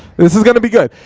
this is gonna be good.